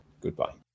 goodbye